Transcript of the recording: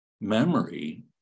memory